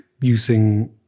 using